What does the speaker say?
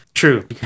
true